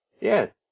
Yes